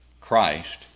Christ